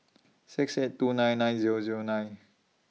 six eight two nine nine Zero Zero nine